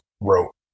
wrote